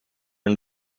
and